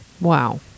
Wow